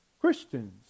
Christians